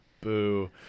Boo